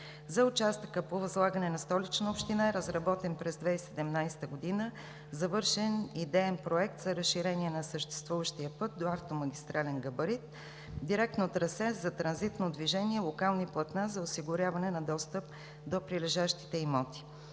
За участъка по възлагане на Столична община е разработен през 2017 г. завършен идеен проект за разширение на съществуващия път до автомагистрален габарит, директно трасе за транзитно движение, локални платна за осигуряване на достъп до прилежащите имоти.